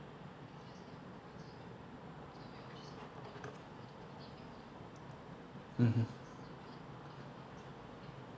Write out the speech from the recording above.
mmhmm